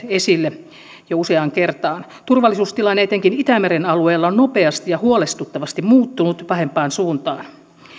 esille jo useaan kertaan turvallisuustilanne etenkin itämeren alueella on nopeasti ja huolestuttavasti muuttunut pahempaan suuntaan